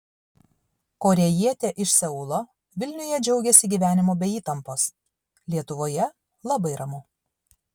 korėjietė iš seulo vilniuje džiaugiasi gyvenimu be įtampos lietuvoje labai ramu